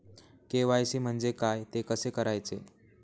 KYC म्हणजे काय? ते कसे करायचे?